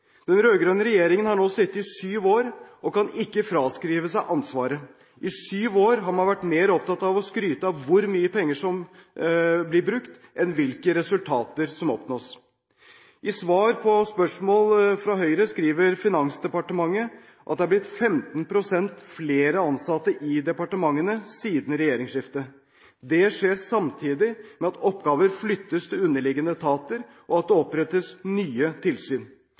Den rød-grønne regjeringen har nå sittet i syv år og kan ikke fraskrive seg ansvaret. I syv år har man vært mer opptatt av å skryte av hvor mye penger som blir brukt, enn hvilke resultater som oppnås. I svar på spørsmål fra Høyre skriver Finansdepartementet at det har blitt 15 pst. flere ansatte i departementene siden regjeringsskiftet. Det skjer samtidig med at oppgaver flyttes til underliggende etater, og det opprettes nye tilsyn.